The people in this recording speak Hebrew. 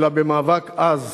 אלא במאבק עז,